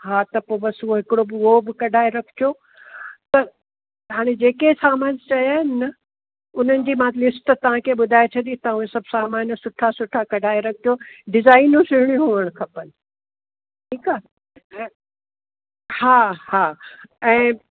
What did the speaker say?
हा त पोइ बस हिकिड़ो उहो बि कढाए रखजो त हाणे जे के सामान चयां आहिनि न उन्हनि जी मां लिस्ट तव्हां खे मां ॿुधाए छॾी तव्हां उहे सभु सामान सुठा सुठा कढाए रखजो डिजाइनूं सुहिणियूं हुअणु खपनि ठीकु आहे हा हा ऐं